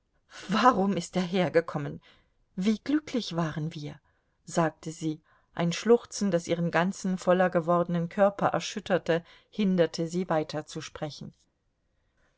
warum ist er hergekommen wie glücklich waren wir sagte sie ein schluchzen das ihren ganzen voller gewordenen körper erschütterte hinderte sie weiterzusprechen